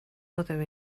other